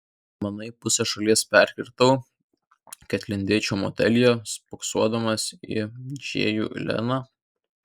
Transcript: manai pusę šalies perkirtau kad lindėčiau motelyje spoksodamas į džėjų leną